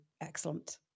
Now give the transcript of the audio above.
excellent